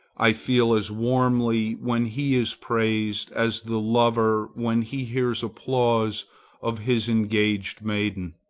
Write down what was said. i feel as warmly when he is praised, as the lover when he hears applause of his engaged maiden.